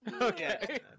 Okay